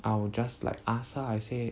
I will just like ask lah say